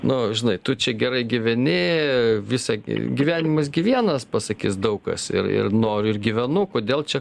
nu žinai tu čia gerai gyveni visą gyvenimas gi vienas pasakis daug kas ir ir noriu ir gyvenu kodėl čia